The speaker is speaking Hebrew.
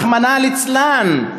רחמנא ליצלן,